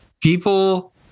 People